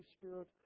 Spirit